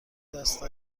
دست